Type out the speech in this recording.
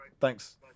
Thanks